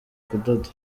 kudoda